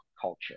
culture